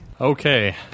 Okay